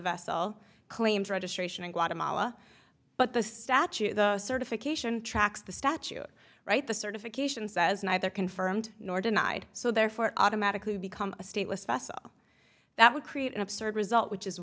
vessel claimed registration in guatemala but the statute the certification tracks the statute right the certification says neither confirmed nor denied so therefore automatically become a stateless vessel that would create an absurd result which is